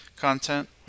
content